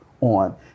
on